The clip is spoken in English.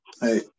Hey